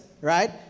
right